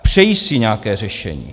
Přejí si nějaké řešení.